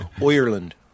Ireland